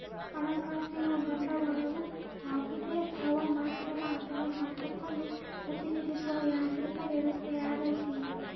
ಹಣಕಾಸಿನ ಬಂಡವಾಳವು ಯಾವುದೇ ದ್ರವ ಮಾಧ್ಯಮ ಅಥವಾ ಸಂಪತ್ತನ್ನು ಪ್ರತಿನಿಧಿಸೋ ಯಾಂತ್ರಿಕ ವ್ಯವಸ್ಥೆಯಾಗೈತಿ